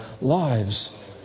lives